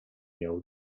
miało